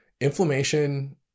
inflammation